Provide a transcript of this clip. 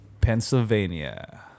Pennsylvania